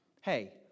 Hey